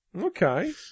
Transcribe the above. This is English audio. Okay